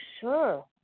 sure